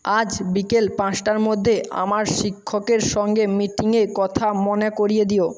আজ বিকেল পাঁচটার মধ্যে আমার শিক্ষকের সঙ্গে মিটিংয়ের কথা মনে করিয়ে দিও